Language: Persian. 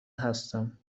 هستم